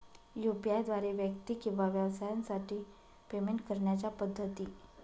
UPI द्वारे व्यक्ती किंवा व्यवसायांसाठी पेमेंट करण्याच्या पद्धती